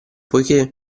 poiché